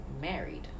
married